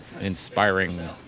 inspiring